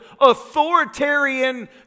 authoritarian